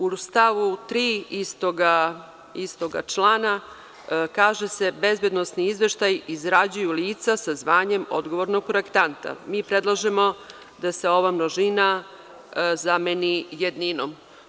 U stavu 3. istoga člana kaže se: „Bezbednosni izveštaj izrađuju lica sa zvanjem odgovornog projektanta.“ Mi predlažemo da se ova množina zameni jedninom.